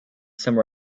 some